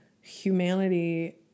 humanity